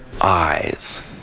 eyes